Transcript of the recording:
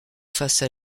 face